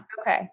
Okay